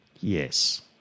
Yes